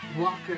Walker